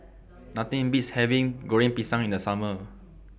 Nothing Beats having Goreng Pisang in The Summer